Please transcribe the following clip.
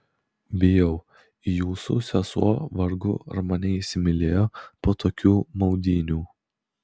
bijau jūsų sesuo vargu ar mane įsimylėjo po tokių maudynių